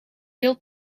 veel